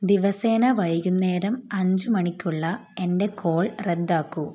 ദിവസേന വൈകുന്നേരം അഞ്ച് മണിക്കുള്ള എന്റെ കോൾ റദ്ദാക്കൂ